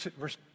verse